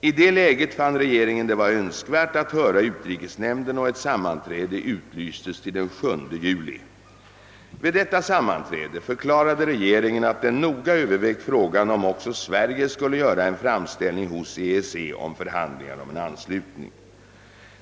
I det läget fann regeringen det vara önskvärt att höra utrikesnämnden och ett sammanträde utlystes till den 7 juli. Vid detta sammanträde förklarade regeringen att den noga övervägt frågan om också Sverige skulle göra en framställning hos EEC om förhandlingar om en anslutning.